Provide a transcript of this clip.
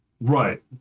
Right